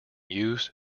used